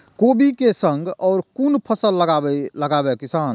कोबी कै संग और कुन फसल लगावे किसान?